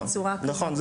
נכון.